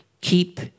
keep